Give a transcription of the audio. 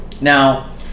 Now